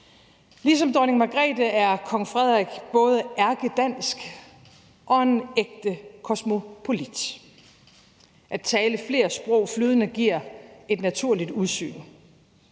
Ligesom dronning Margrethe er kong Frederik både ærkedansk og en ægte kosmopolit. At tale flere sprog flydende giver et naturligt udsyn.